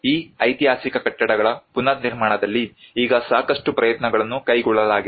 ಈ ಐತಿಹಾಸಿಕ ಕಟ್ಟಡಗಳ ಪುನರ್ನಿರ್ಮಾಣದಲ್ಲಿ ಈಗ ಸಾಕಷ್ಟು ಪ್ರಯತ್ನಗಳನ್ನು ಕೈಗೊಳ್ಳಲಾಗಿದೆ